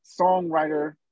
songwriter